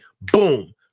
Boom